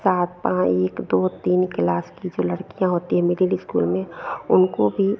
सात पाँच एक दो तीन क्लास की जो लड़कियाँ होती हैं मिडिल इस्कूल में उनको भी